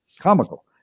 comical